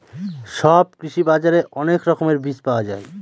সব কৃষি বাজারে অনেক রকমের বীজ পাওয়া যায়